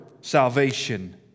salvation